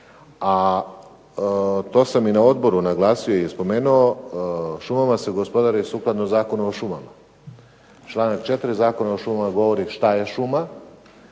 a to sam i na odboru naglasio i spomenuo šumama se gospodari sukladno Zakonu o šumama. Članak 4. Zakona o šumama govori šta je šuma